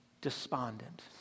despondent